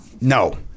No